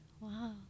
Wow